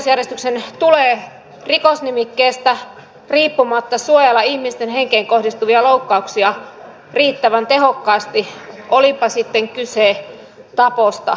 oikeusjärjestyksen tulee rikosnimikkeestä riippumatta suojella ihmisten henkeen kohdistuvia loukkauksia riittävän tehokkaasti olipa sitten kyse taposta tai murhasta